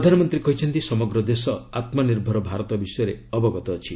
ପ୍ରଧାନମନ୍ତ୍ରୀ କହିଛନ୍ତି ସମଗ୍ର ଦେଶ ଆତ୍ମ ନିର୍ଭର ଭାରତ ବିଷୟରେ ଅବଗତ ଅଛି